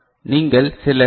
நீங்கள் சில டி